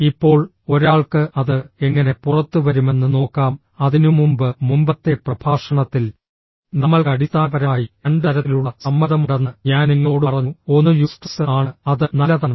ഇപ്പോൾ ഒരാൾക്ക് അത് എങ്ങനെ പുറത്തുവരുമെന്ന് നോക്കാം അതിനുമുമ്പ് മുമ്പത്തെ പ്രഭാഷണത്തിൽ നമ്മൾക്ക് അടിസ്ഥാനപരമായി രണ്ട് തരത്തിലുള്ള സമ്മർദ്ദമുണ്ടെന്ന് ഞാൻ നിങ്ങളോട് പറഞ്ഞു ഒന്ന് യൂസ്ട്രസ് ആണ് അത് നല്ലതാണ്